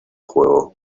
juego